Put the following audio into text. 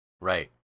right